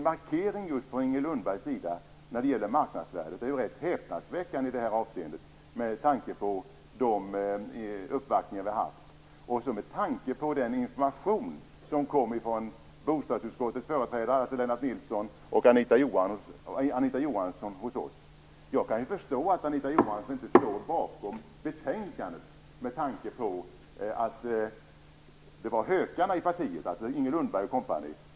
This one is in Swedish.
Markeringen från Inger Lindbergs sida när det gäller marknadsvärdet är helt häpnadsväckande i det här avseendet med tanke på de uppvaktningar som vi haft och den information som kom från bostadsutskottets företrädare Lennart Nilsson och skatteutskottets Anita Johansson. Jag kan förstå att Anita Johansson inte står bakom betänkandet med tanke på att det var hökarna i partiet, Inger Lundberg och Co.